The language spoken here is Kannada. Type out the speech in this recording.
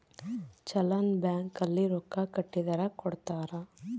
ಚಲನ್ ಬ್ಯಾಂಕ್ ಅಲ್ಲಿ ರೊಕ್ಕ ಕಟ್ಟಿದರ ಕೋಡ್ತಾರ